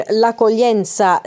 l'accoglienza